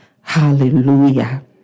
Hallelujah